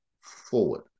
forward